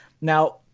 Now